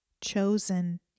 chosen